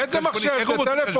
איזה מחשב?